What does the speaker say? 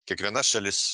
kiekviena šalis